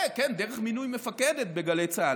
כן, דרך מינוי מפקדת בגלי צה"ל,